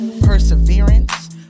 perseverance